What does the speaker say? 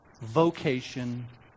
Vocation